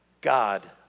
God